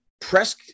press